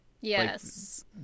Yes